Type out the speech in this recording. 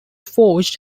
forged